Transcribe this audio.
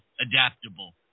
adaptable